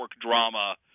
drama